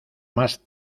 más